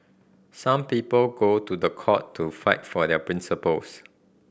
some people go to the court to fight for their principles